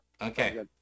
okay